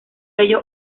ello